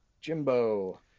Jimbo